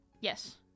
Yes